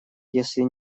если